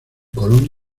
colonia